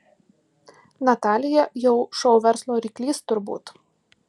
natalija jau šou verslo ryklys turbūt